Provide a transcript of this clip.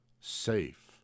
safe